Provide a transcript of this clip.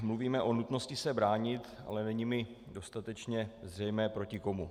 Mluvíme tedy o nutnosti se bránit, ale není mi dostatečně zřejmé, proti komu.